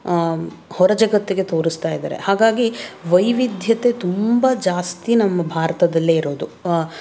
ಹೊರ ಜಗತ್ತಿಗೆ ತೋರಿಸ್ತಾ ಇದ್ದಾರೆ ಹಾಗಾಗಿ ವೈವಿಧ್ಯತೆ ತುಂಬ ಜಾಸ್ತಿ ನಮ್ಮ ಭಾರತದಲ್ಲೇ ಇರೋದು